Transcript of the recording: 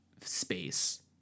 space